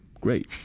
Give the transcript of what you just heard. great